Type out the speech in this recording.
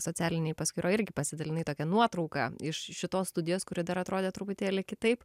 socialinėj paskyroj irgi pasidalinai tokia nuotrauka iš šitos studijos kuri dar atrodė truputėlį kitaip